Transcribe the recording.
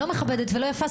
לא מכבדת ולא יפה,